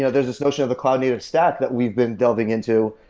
yeah there's this notion of a cloud native stack that we've been delving into,